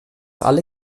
alle